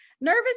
Nervous